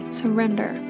surrender